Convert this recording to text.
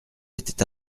était